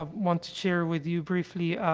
um want to share with you, briefly,